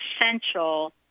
essential